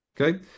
Okay